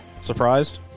Surprised